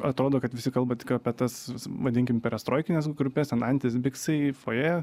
atrodo kad visi kalba tik apie tas vadinkim perestroikines grupes ten antis biksai fojė